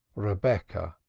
rebecca,